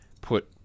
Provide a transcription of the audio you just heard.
put